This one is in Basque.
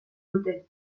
dute